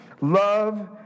love